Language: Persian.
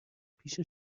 پیش